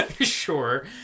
Sure